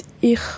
Ich